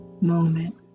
moment